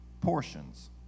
portions